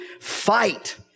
fight